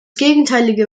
gegenteilige